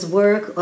work